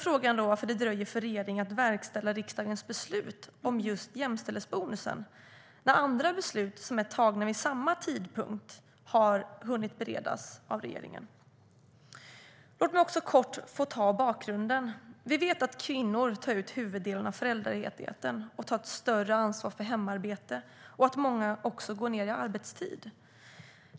Frågan är varför regeringen dröjer med att verkställa riksdagens beslut om just jämställdhetsbonusen när man har hunnit bereda andra beslut som är tagna vid samma tidpunkt. Låt mig kort få ta bakgrunden. Vi vet att kvinnor tar ut huvuddelen av föräldraledigheten, att de tar ett större ansvar för hemarbetet och att många också går ned i arbetstid.